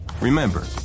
Remember